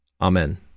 Amen